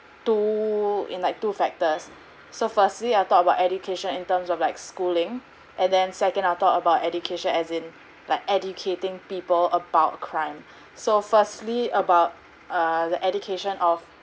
two in like two factors so firstly I will talk about education in terms of like schooling and then second I will talk about education as in like educating people about crime so firstly about err the education of